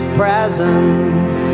presents